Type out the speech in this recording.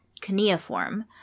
cuneiform